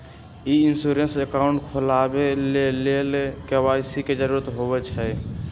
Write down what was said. ई insurance account खोलबाबे के लेल के.वाई.सी के जरूरी होइ छै